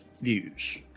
views